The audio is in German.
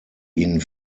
ihnen